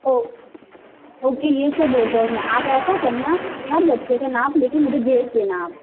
okay okay ये सब हो जाएंगे आप ऐसा करना हर बच्चे के नाप लेके मुझे भेज देना आप